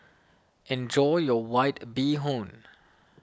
enjoy your White Bee Hoon